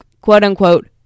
quote-unquote